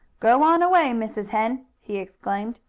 go on away, mrs. hen! he exclaimed.